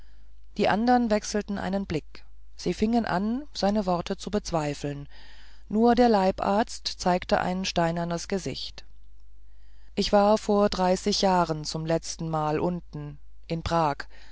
die anderen wechselten einen blick sie fingen an seine worte zu bezweifeln nur der leibarzt zeigte ein steinernes gesicht ich war vor dreißig jahren das letztemal unten in prag